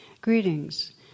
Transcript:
Greetings